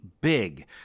big